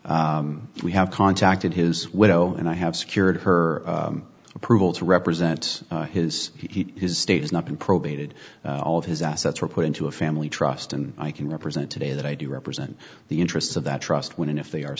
away we have contacted his widow and i have secured her approval to represent his he his state has not been probated all of his assets were put into a family trust and i can represent today that i do represent the interests of that trust when and if they are